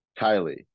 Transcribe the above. Kylie